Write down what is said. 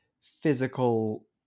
physical